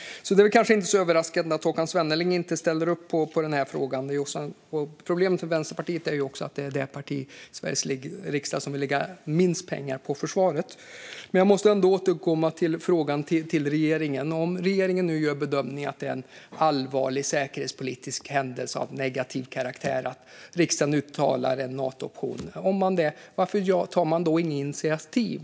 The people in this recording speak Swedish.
Det är därför kanske inte så överraskande att Håkan Svenneling inte ställer sig bakom detta. Problemet för Vänsterpartiet är också att det är det parti i Sveriges riksdag som vill lägga minst pengar på försvaret. Men jag måste ändå återkomma till frågan till regeringen. Om regeringen nu gör bedömningen att det är en allvarlig säkerhetspolitisk händelse av negativ karaktär att riksdagen uttalar en Nato-option, varför tar man då inga initiativ?